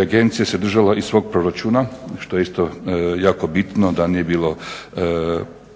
agencija se držala i svog proračuna, što je isto jako bitno da nije bilo